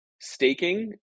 staking